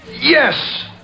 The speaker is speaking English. Yes